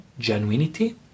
Genuinity